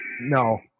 no